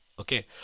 Okay